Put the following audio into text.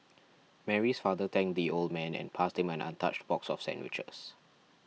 Mary's father thanked the old man and passed him an untouched box of sandwiches